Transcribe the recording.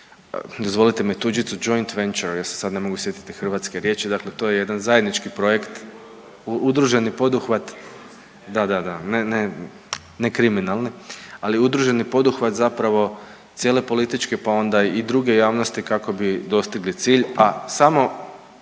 dozvolite mi tuđicu joint ventures jer se sad ne mogu sjetiti hrvatske riječi dakle to je jedan zajednički projekt udruženi poduhvat …/Upadica se ne razumije./… da, da, ne, ne kriminalni, ali udruženi poduhvat zapravo cijele političke pa onda i druge javnosti kako bi dostigli cilj, a samo